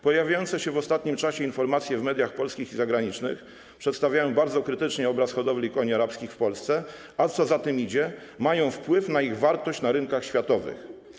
Pojawiające się w ostatnim czasie informacje w mediach polskich i zagranicznych przedstawiają bardzo krytycznie obraz hodowli koni arabskich w Polsce, a co za tym idzie - mają wpływ na ich wartość na rynkach światowych.